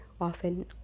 often